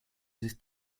sich